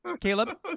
Caleb